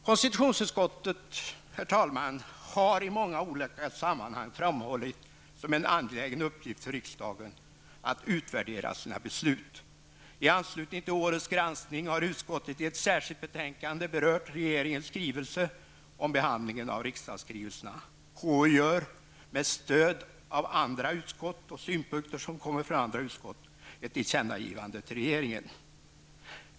Konstitutionsutskottet har i många olika sammanhang framhållit som en angelägen uppgift för riksdagen att utvärdera sina beslut. I anslutning till årets granskning har utskottet i ett särskilt betänkande berört regeringens skrivelse om behandlingen av riksdagsskrivelserna och gör, med stöd av synpunkter från andra utskott, ett tillkännagivande till regeringen.